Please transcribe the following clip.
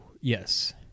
Yes